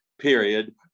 period